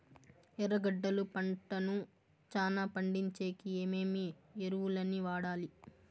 ఎర్రగడ్డలు పంటను చానా పండించేకి ఏమేమి ఎరువులని వాడాలి?